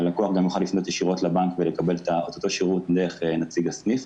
הלקוח גם יוכל לפנות ישירות לבנק ולקבל את אותו שירות דרך נציג הסניף.